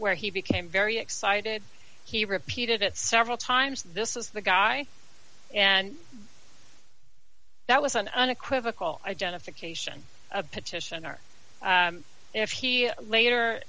where he became very excited he repeated it several times this is the guy and that was an unequivocal identification of petition our if he later